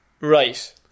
Right